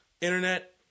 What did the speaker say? Internet